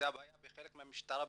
זו בעיה בחלק מהמשטרה,